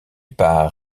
par